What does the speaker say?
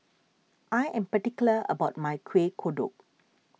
I am particular about my Kueh Kodok